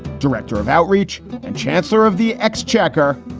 director of outreach and chancellor of the exchequer,